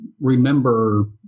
remember